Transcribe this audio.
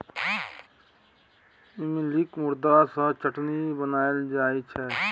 इमलीक गुद्दा सँ चटनी बनाएल जाइ छै